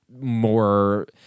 more